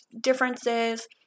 differences